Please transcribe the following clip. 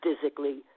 physically